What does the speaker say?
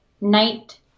night